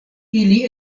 ili